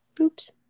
Oops